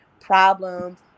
problems